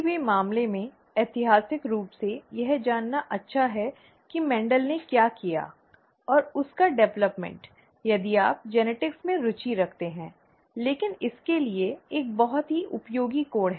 किसी भी मामले में ऐतिहासिक रूप से यह जानना अच्छा है कि मेंडल ने क्या किया और उसका विकास यदि आप आनुवांशिकी में रुचि रखते हैं लेकिन इसके लिए एक बहुत ही उपयोगी कोण है